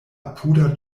apuda